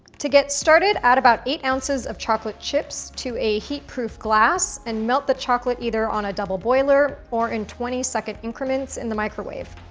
to get started, add about eight ounces of chocolate chips to a heatproof glass and melt the chocolate either on a double boiler or in twenty second increments in the microwave.